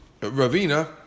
Ravina